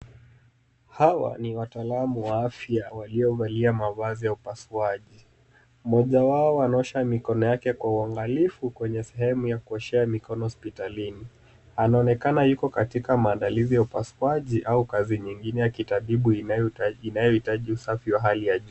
Hawa ni wataalamu wa afya waliovalia mavazi ya upasuaji. Mmoja wao anaosha mikono yake kwa uangalifu kwenye sehemu ya kuoshea mikono hospitaini. Anaonekana yuko katika maandalizi ya upasuaji au kazi nyingine ya kitabibu, inayohitaji usafi wa hali ya juu.